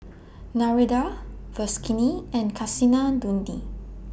Narendra and Kasinadhuni